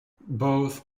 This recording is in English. both